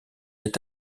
est